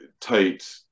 tight